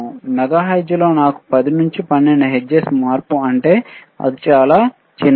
మెగాహెర్ట్జ్లో నాకు 10 నుండి 12 హెర్ట్జ్ మార్పు ఉంటే అది చాలా చిన్నది